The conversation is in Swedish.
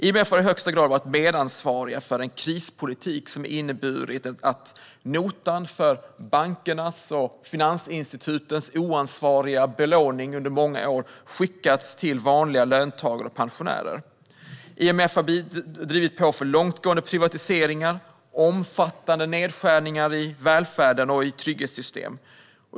IMF har i högsta grad varit medansvarig för en krispolitik som har inneburit att notan för bankernas och finansinstitutens oansvariga belåning under många år skickats till vanliga löntagare och pensionärer. IMF har drivit på för långtgående privatiseringar och omfattande nedskärningar i välfärden och trygghetssystemen.